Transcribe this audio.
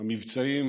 המבצעים